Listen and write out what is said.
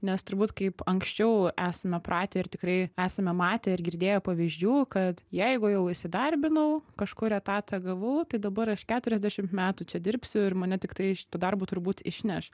nes turbūt kaip anksčiau esame pratę ir tikrai esame matę ir girdėję pavyzdžių kad jeigu jau įsidarbinau kažkur etatą gavau tai dabar aš keturiasdešimt metų čia dirbsiu ir mane tiktai iš to darbo turbūt išneš